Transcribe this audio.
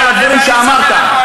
תודה.